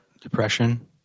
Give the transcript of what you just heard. depression